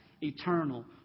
eternal